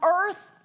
earth